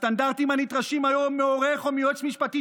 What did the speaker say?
הסטנדרטים הנדרשים היום מעורך או מיועץ משפטי